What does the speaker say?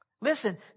Listen